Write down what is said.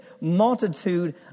multitude